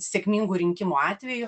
sėkmingų rinkimų atveju